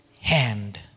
hand